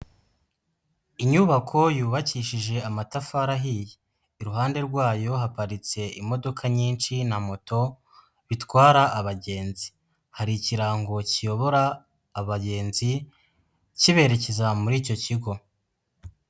Inyubako yubakishije amatafari ahiye, iruhande rwayo haparitse imodoka nyinshi na moto bitwara abagenzi, hari ikirango kiyobora abagenzi kiberekeza muri icyo kigo.